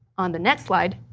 on the next slide,